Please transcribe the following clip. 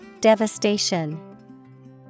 Devastation